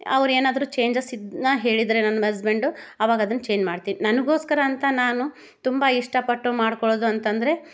ಅವ್ರು ಏನಾದರೂ ಚೇಂಜಸ್ ಇದ್ದದ್ನ ಹೇಳಿದರೆ ನನ್ನ ಅಸ್ಬೆಂಡು ಅವಾಗ ಅದನ್ನು ಚೇಂಜ್ ಮಾಡ್ತೀನಿ ನನಗೋಸ್ಕರ ಅಂತ ನಾನು ತುಂಬ ಇಷ್ಟ ಪಟ್ಟು ಮಾಡ್ಕೊಳ್ಳೋದು ಅಂತಂದರೆ